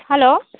hello